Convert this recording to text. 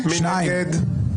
מי נגד?